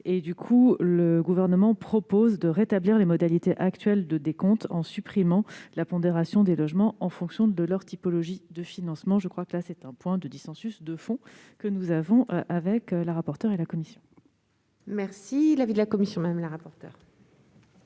Aussi, le Gouvernement propose de rétablir les modalités actuelles de décompte en supprimant la pondération des logements en fonction de leur typologie de financement. Il s'agit là d'un des points de dissensus de fond que nous avons avec la rapporteure et la commission. Quel est l'avis de la commission des affaires